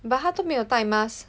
but 她都没有带 mask